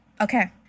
Okay